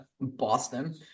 Boston